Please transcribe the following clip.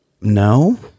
No